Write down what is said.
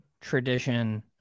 tradition